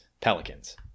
Pelicans